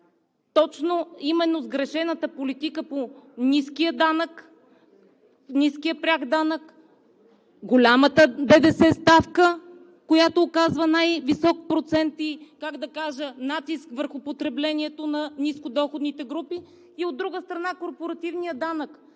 точно със сгрешената политика по ниския пряк данък, голямата ДДС ставка, която оказва най-висок процент и, как да кажа, натиск върху потреблението на нискодоходните групи, и от друга страна, корпоративния данък.